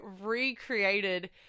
recreated